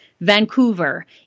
Vancouver